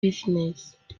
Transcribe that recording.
business